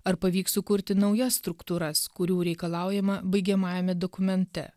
ar pavyks sukurti naujas struktūras kurių reikalaujama baigiamajame dokumente